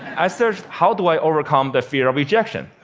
i searched, how do i overcome the fear of rejection?